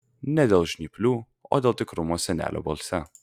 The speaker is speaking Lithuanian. ne dėl žnyplių o dėl tikrumo senelio balse